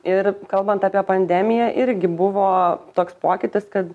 ir kalbant apie pandemiją irgi buvo toks pokytis kad